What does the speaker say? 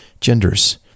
genders